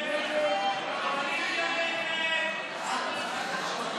הצעת סיעת הרשימה המשותפת להביע אי-אמון בממשלה